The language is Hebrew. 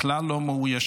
בכלל לא מאוישים.